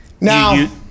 Now